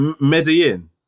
Medellin